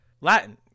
Latin